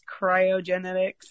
cryogenetics